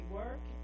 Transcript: work